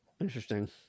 Interesting